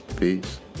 Peace